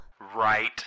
Right